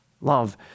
Love